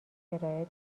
ارائه